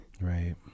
Right